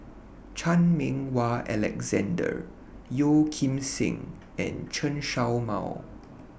Chan Meng Wah Alexander Yeo Kim Seng and Chen Show Mao